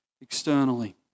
externally